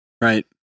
Right